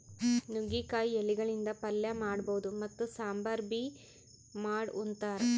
ನುಗ್ಗಿಕಾಯಿ ಎಲಿಗಳಿಂದ್ ಪಲ್ಯ ಮಾಡಬಹುದ್ ಮತ್ತ್ ಸಾಂಬಾರ್ ಬಿ ಮಾಡ್ ಉಂತಾರ್